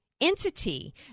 entity